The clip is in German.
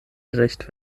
gerecht